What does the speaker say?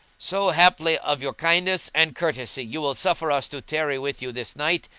so haply of your kindness and courtesy you will suffer us to tarry with you this night,